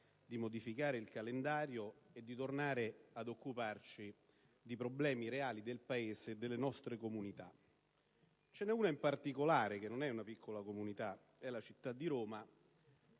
di modificare il calendario e di tornare ad occuparci dei problemi reali del Paese e delle nostre comunità. Ce n'è una in particolare, che non è una piccola comunità, ma è la città di Roma,